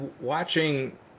watching